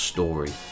Story